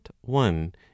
one